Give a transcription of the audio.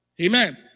Amen